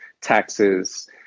taxes